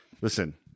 Listen